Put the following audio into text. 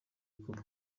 kuba